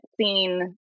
seen